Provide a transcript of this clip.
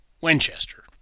Winchester